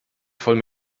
voll